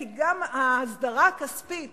כי גם ההסדרה הכספית